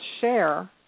share